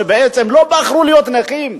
שבעצם לא בחרו להיות נכים,